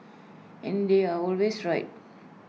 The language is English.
and they are always right